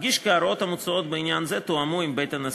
אדגיש כי ההוראות המוצעות בעניין זה תואמו עם בית הנשיא.